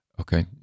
Okay